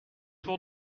tour